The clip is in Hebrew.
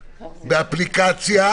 באפליקציה,